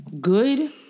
good